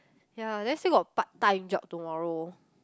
ya then still got part time job tomorrow